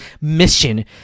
mission